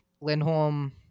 Lindholm